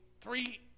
three